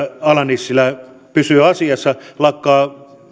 ala nissilä pysyy asiassa lakkaa